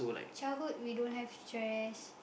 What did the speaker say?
childhood we don't have stress